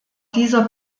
dieser